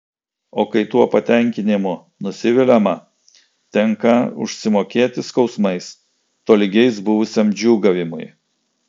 o kai tuo patenkinimu nusiviliama tenką užsimokėti skausmais tolygiais buvusiam džiūgavimui